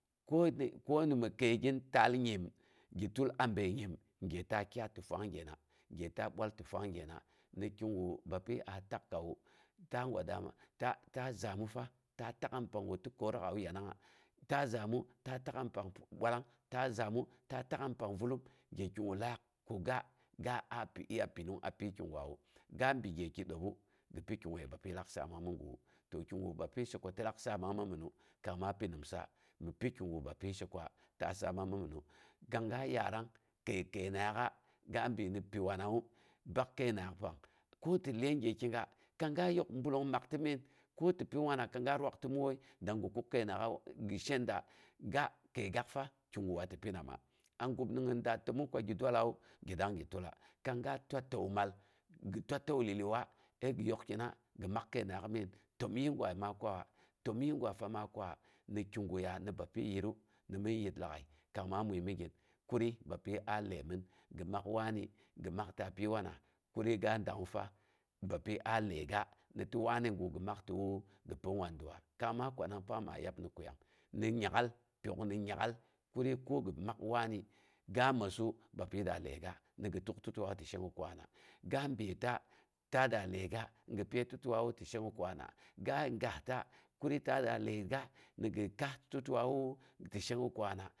Ko ni mi kəi gin taal nyim, gi tul a bəi nyim gye ta layat ti fang gyena, gye ta bwal tifang gyena. Ni kigu bapyi a takkawu, ta gwa dama ta ta zaamu fa ta tak'ung punggu ti kəotok wu, yanangnga, ta zaamu ta tak'ung pang bwal ta zaamu ta tak'a ni pang zulum. Gye kigu laak ga ga a pi iya pinung a pyi kigwawu. Ga bi gyeki dəbu, gi pikiguge bapyi lak saamang mi gawu. kigu bapyi she ko ti lak saamang mi minnu, to kang maa pi nimsa, pi kigu bapyi she ko ta saama ma mannu. Kangga yaarang kəi kəinangngaak'a, gabini pi wananwu, koti lyen gyekiga, kanga yok bullong makta migin. Ko ti pin wana kang ga rwakta mi wooi. Dungnggi kuk kəi nangngaak'a gi shenda ga kəigaak fa kiguwa ti pinama. A bin ni gin daa təmong ko gi dualawu, gi dangng gi duala, kang ga twa təu mal, gi twa təu liliuwa, sai gi yok kina gi mak kəi kəinangngaak'a migin təmyu gwa maa kwawa, təmyii gwa fa maa kwawa ni kiguga ni bapyi yitru, ni min yit lagai kang ma mui migin, kurii bapyi a ləimin, gi maa wani, gi makta pyi wana kurii ga dangngu fa bapyi a ləiga, na ti wani gu gi maktawu ti pin wangiwa? Kang ma kwanang pang maa yab ni kuyam. Ni nyak'al pyok ni nyak'al, kuni ko gi mak wani ga məssu bapyi da ləiga, ni gi tuk ti tiwa ti shega ko wama ga byaita, ta da ləiga ni ai pyai tiwawu ni ti shega ko wana. Ga gasta kuri ta daa ləiga ni gi kaas ti tiwa gawu ti shega ko wana?